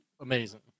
amazing